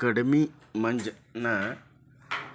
ಕಡಮಿ ಮಂಜ್ ನನ್